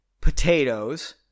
potatoes